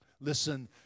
Listen